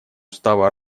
устава